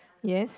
yes